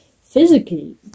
physically